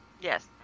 Yes